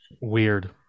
Weird